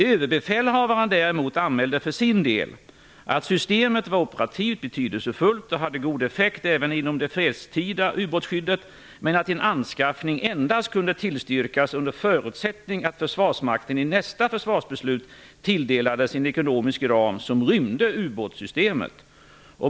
Överbefälhavaren däremot anmälde för sin del att systemet var operativt betydelsefullt och hade god effekt även inom det fredstida ubåtsskyddet men att en anskaffning endast kunde tillstyrkas under förutsättning att Försvarsmakten i nästa försvarsbeslut tilldelades en ekonomisk ram som rymde ubåtsystemet.